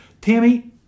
Tammy